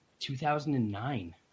2009